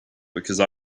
because